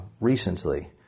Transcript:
recently